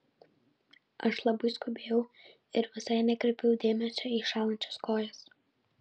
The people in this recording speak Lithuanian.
aš labai skubėjau ir visai nekreipiau dėmesio į šąlančias kojas